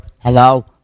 Hello